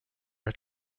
are